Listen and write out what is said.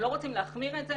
הם לא רוצים להחמיר את זה.